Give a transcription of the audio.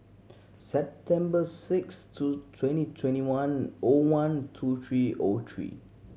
September six two twenty twenty one O one two three O three